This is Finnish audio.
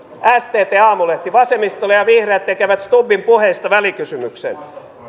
stt ja aamulehti vasemmistoliitto ja vihreät tekevät stubbin puheista välikysymyksen